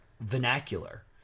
vernacular